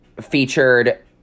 featured—